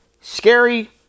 scary